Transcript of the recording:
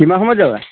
কিমান সময়ত যাবা